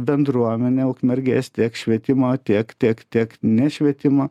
bendruomenė ukmergės tiek švietimo tiek tiek tiek ne švietimo